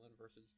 versus